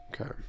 Okay